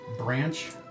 branch